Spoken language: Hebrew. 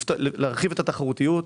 להרחיב את התחרותיות,